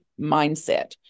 mindset